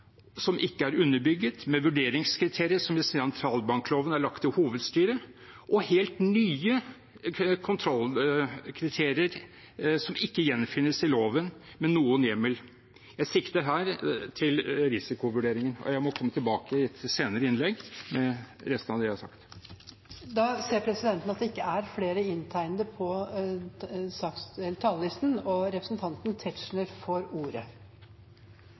som ikke er underbygget, med vurderingskriterier som i sentralbankloven er lagt til hovedstyret, og helt nye kontrollkriterier som ikke gjenfinnes i loven med noen hjemmel. Jeg sikter her til risikovurderingen. Jeg må komme tilbake i et senere innlegg med resten av det jeg vil si. Presidenten ser at det ikke er flere inntegnede på talerlisten, og representanten Tetzschner får ordet.